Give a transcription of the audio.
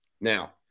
now